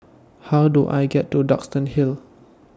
How Do I get to Duxton Hill